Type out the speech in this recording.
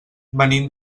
venim